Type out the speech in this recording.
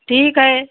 ठीक है